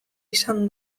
izan